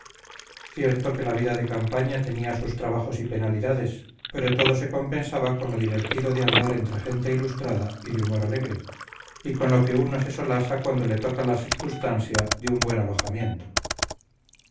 cierto que la vida de campaña tenía sus trabajos y penalidades pero todo se compensaba con lo divertido de andar entre gente ilustrada y de humor alegre y con lo queuno se solasa cuando le toca la sircustansia de un buen alojamiento